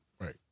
Right